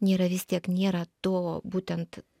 nėra vis tiek nėra to būtent